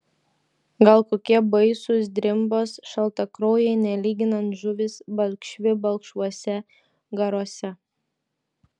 gal kokie baisūs drimbos šaltakraujai nelyginant žuvys balkšvi balkšvuose garuose